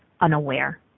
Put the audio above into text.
unaware